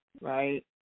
right